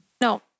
No